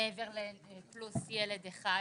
מעבר לפלוס ילד אחד?